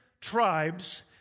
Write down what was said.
tribes